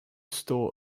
store